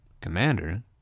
commander